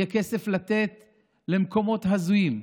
יהיה כסף לתת למקומות הזויים,